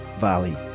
Valley